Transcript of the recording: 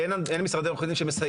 אין משרדי עורכי דין שמסייעים,